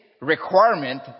requirement